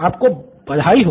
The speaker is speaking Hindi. आपको बधाई हो